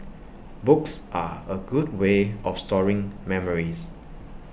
books are A good way of storing memories